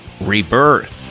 Rebirth